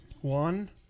One